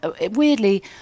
weirdly